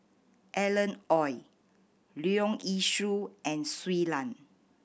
Alan Oei Leong Yee Soo and Shui Lan